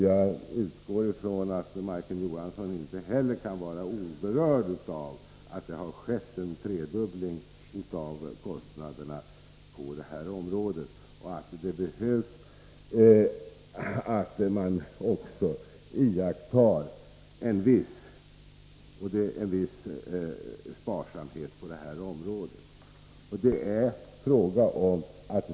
Jag utgår från att Majken Johansson inte kan vara oberörd av att kostnaderna på detta område har tredubblats. Det behövs att man iakttar en viss sparsamhet också här.